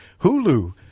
Hulu